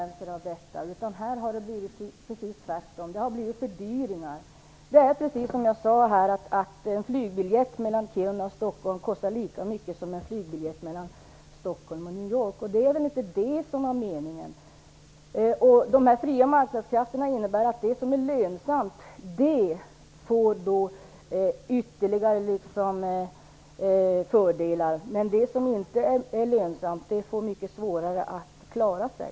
Här har det blivit precis tvärtom. Det har blivit fördyringar. Det är precis som jag sade att en flygbiljett mellan Kiruna och Stockholm kostar lika mycket som en flygbiljett mellan Stockholm och New York. Det var väl inte meningen. De fria marknadskrafterna innebär att det som är lönsamt får ytterligare fördelar, men det som inte är lönsamt får mycket svårare att klara sig.